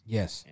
Yes